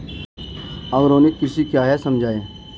Organic कृषि क्या है समझाइए?